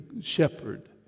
shepherd